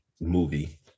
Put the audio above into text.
Movie